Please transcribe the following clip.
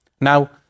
Now